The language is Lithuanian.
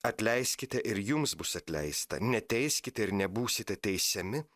atleiskite ir jums bus atleista neteiskite ir nebūsite teisiami